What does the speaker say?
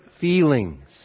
feelings